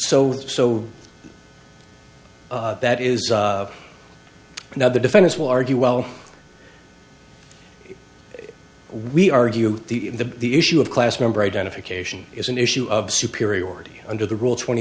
second so so that is now the defense will argue well we argue the the the issue of class member identification is an issue of superiority under the rule twenty